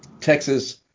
texas